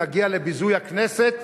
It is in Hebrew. נגיע לביזוי הכנסת,